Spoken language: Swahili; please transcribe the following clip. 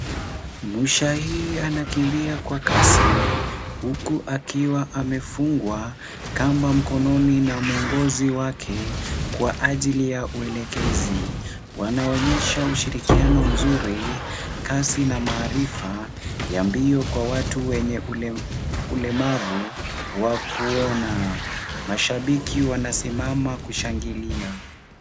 Muchai anakimbia kwa kasi huku akiwa amefungwa kamba mkononi na mwongozi wake kwa ajili ya uelekezi. Wanaonyesha ushirikiano mzuri, kasi na maarifa ya mbio kwa watu wenye ulemavu wa kuona. Mashabiki wanasimama kushangilia.